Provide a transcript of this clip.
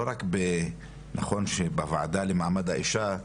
לא רק בוועדה למעמד האישה,